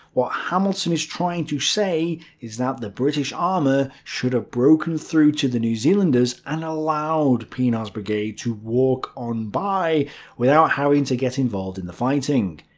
what hamilton is trying to say is that the british armour should have broken through to the new zealanders and allowed pienaar's brigade to walk on by without having to get involved in the fighting.